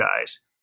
guys